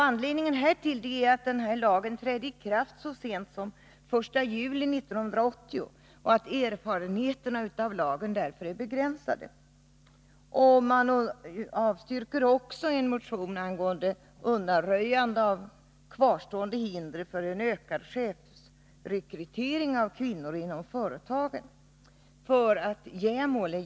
Anledningen härtill är att lagen trädde i kraft så sent som den 1 juli 1980 och att erfarenheterna av den därför är begränsade. Utskottet avstyrker också en motion angående undanröjande av kvarstående hinder för en ökad chefsrekrytering av kvinnor inom företagen.